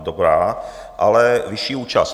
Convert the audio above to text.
Dobrá, ale vyšší účast.